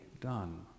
done